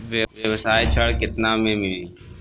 व्यवसाय ऋण केतना ले मिली?